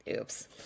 Oops